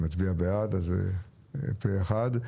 אני מצביע בעד, אז זה פה אחד.